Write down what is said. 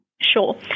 Sure